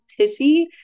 pissy